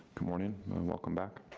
good morning, and welcome back.